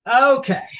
Okay